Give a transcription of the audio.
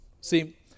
See